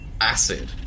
acid